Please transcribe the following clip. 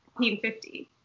1950